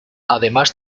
además